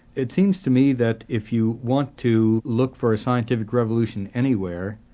it seems to me that if you want to look for a scientific revolution anywhere,